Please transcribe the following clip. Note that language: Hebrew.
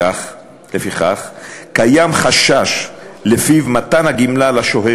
לפיכך קיים חשש שלפיו מתן הגמלה לשוהה